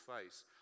face